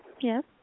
Yes